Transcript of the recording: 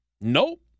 Nope